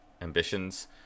ambitions